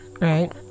right